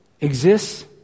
exists